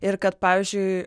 ir kad pavyzdžiui